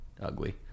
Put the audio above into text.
ugly